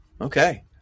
Okay